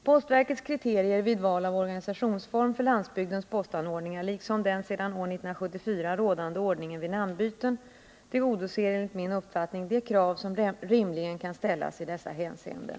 Postverkets kriterier vid val av organisationsform för landsbygdens postanordningar liksom den sedan år 1974 rådande ordningen vid namnbyten, tillgodoser enligt min uppfattning de krav som rimligen kan ställas i dessa hänseenden.